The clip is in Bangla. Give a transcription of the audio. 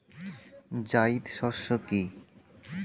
জায়িদ শস্য কি?